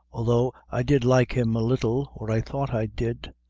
although i did like him a little, or i thought i did.